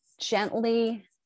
gently